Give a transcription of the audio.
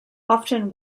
often